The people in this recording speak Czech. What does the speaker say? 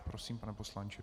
Prosím, pane poslanče.